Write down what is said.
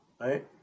right